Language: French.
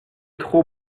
trop